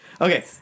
Okay